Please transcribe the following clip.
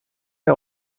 der